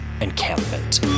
encampment